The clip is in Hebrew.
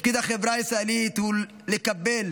תפקיד החברה הישראלית הוא לקבל